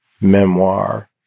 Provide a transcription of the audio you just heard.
memoir